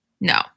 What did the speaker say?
No